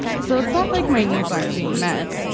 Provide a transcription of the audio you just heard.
so it's not like my needs aren't being met.